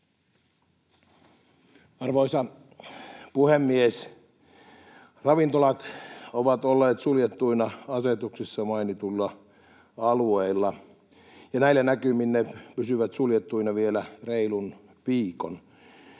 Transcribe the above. Arvoisa puhemies! Ravintolat ovat olleet suljettuina asetuksissa mainituilla alueilla, ja näillä näkymin ne pysyvät suljettuina vielä reilun viikon.